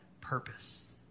purpose